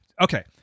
Okay